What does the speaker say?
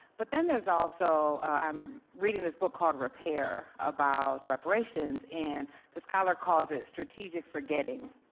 but then there's also, i'm reading this book called repair, about reparations and the scholar calls it strategic forgetting,